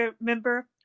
member